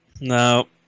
No